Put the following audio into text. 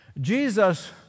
Jesus